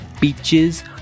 beaches